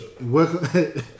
welcome